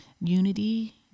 unity